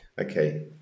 Okay